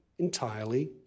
entirely